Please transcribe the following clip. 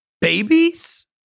Babies